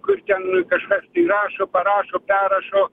kur ten kažkas tai rašo parašo perrašo